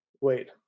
wait